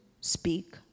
speak